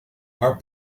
our